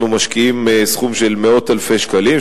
אנחנו משקיעים סכומים של מאות אלפי שקלים,